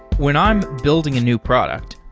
when i'm building a new product,